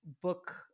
book